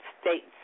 States